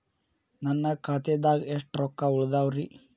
ನನ್ನ ಖಾತೆದಾಗ ಎಷ್ಟ ರೊಕ್ಕಾ ಉಳದಾವ್ರಿ?